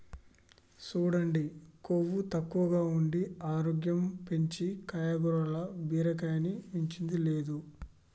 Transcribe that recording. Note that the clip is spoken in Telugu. సూడండి కొవ్వు తక్కువగా ఉండి ఆరోగ్యం పెంచీ కాయగూరల్ల బీరకాయని మించింది లేదు